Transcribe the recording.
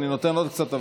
אני נותן עוד קצת,